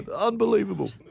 Unbelievable